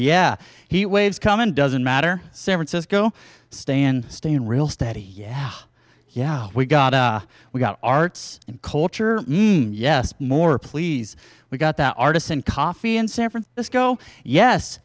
yeah heat waves come in doesn't matter san francisco stay in stay in real steady yeah yeah we got we got arts and culture yes more please we got the artists and coffee in san francisco yes